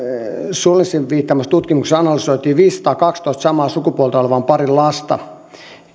sullinsin viittaamassa tutkimuksessa analysoitiin viisisataakaksitoista samaa sukupuolta olevan parin lasta